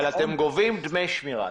אבל אתם גובים דמי שמירה.